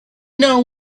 know